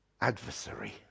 adversary